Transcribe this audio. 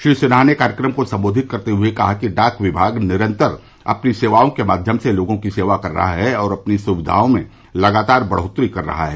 श्री सिन्हा ने कार्यक्रम को संबोधित करते हुए कहा कि डाक विभाग निरन्तर अपनी सेवाओं के माध्यम से लोगों की सेवा कर रहा है और अपनी सुक्विाओं में लगातार बढ़ोत्तरी कर रहा है